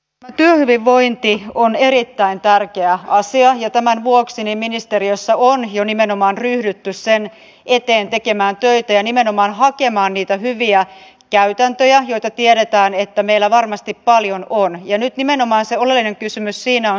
pätevyyden vointi on erittäin tärkeä asia ja tämän vuoksi ne ministeriössä on ja nimenomaan ryhdytty sen eteen tekemään töitä ja nimenomaan hakemaan mitä hyviä käytäntöjä joita tiedetään että meillä varmasti paljon on jo nyt nimenomaan sellainen kysymys siinä on